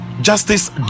justice